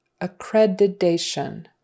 Accreditation